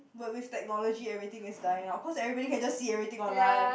but with technology everything is dying out cause everybody can just see everything online